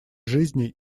жизней